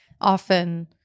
often